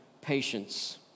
patience